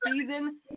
season